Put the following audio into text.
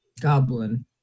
Goblin